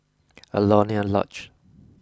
Alaunia Lodge